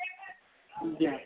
جی ہاں